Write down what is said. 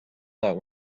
that